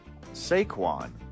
Saquon